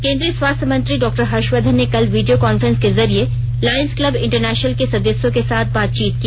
केन्द्रीय स्वास्थ्य मंत्री डॉ हर्षवर्धन ने कल वीडियो कांफ्रेंस के जरिए लॉयंस क्लब इंटरनेशनल के सदस्यों के साथ बातचीत की